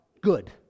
good